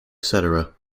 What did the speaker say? cetera